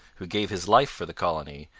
who gave his life for the colony,